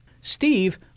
Steve